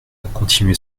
continué